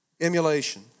emulation